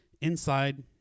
inside